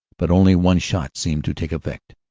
but only one shot seemed to take effect,